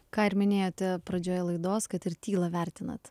ką ir minėjote pradžioje laidos kad ir tyla vertinat